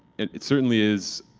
and it certainly is